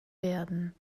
werden